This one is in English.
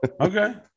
Okay